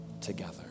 together